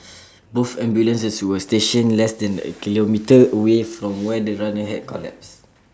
both ambulances were stationed less than A kilometre away from where the runner had collapsed